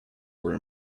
were